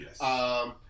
Yes